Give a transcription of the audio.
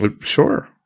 Sure